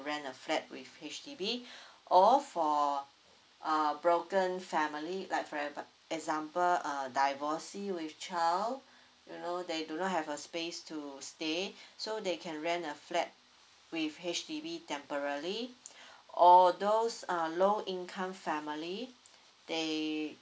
rent a flat with H_D_B or for uh broken family like for have a example uh divorcee with child you know they do not have a space to stay so they can rent a flat with H_D_B temporally or those uh low income family they